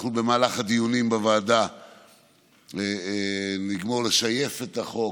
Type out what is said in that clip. אנחנו במהלך הדיונים בוועדה נגמור לשייף את החוק,